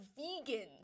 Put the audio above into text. vegans